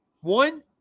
One